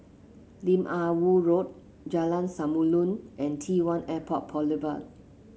Lim Ah Woo Road Jalan Samulun and T one Airport Boulevard